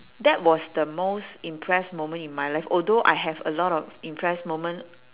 that was the most impress moment in my life although I have a lot of impress moment